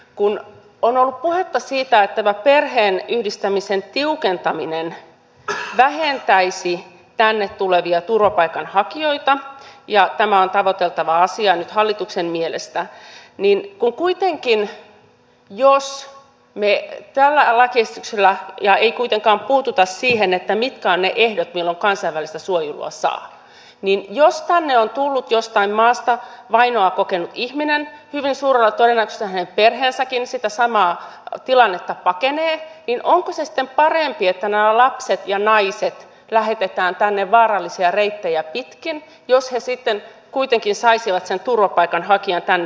kun on ollut puhetta siitä että tämä perheenyhdistämisen tiukentaminen vähentäisi tänne tulevia turvapaikanhakijoita ja tämä on tavoiteltava asia nyt hallituksen mielestä niin kun kuitenkin jos me tällä lakiesityksellä emme kuitenkaan puutu siihen mitkä ovat ne ehdot milloin kansainvälistä suojelua saa jos tänne on tullut jostain maasta vainoa kokenut ihminen hyvin suurella todennäköisyydellä hänen perheensäkin sitä samaa tilannetta pakenee niin onko se sitten parempi että nämä lapset ja naiset lähetetään tänne vaarallisia reittejä pitkin jos he sitten kuitenkin saisivat sen turvapaikan tänne tullessaan